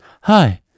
Hi